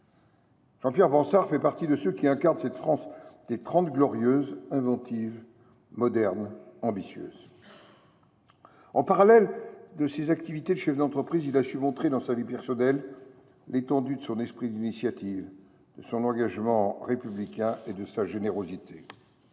Jean Pierre Bansard fait partie de ceux qui incarnent cette France des Trente Glorieuses inventive, moderne et ambitieuse. En parallèle de ses activités de chef d’entreprise, il a su montrer, dans sa vie personnelle, l’étendue de son esprit d’initiative, de son engagement républicain et de sa générosité.